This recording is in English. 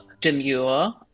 demure